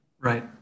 Right